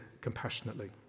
compassionately